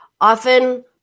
Often